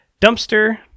Dumpster